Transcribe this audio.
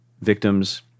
victims